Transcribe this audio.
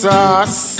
Sauce